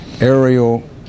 aerial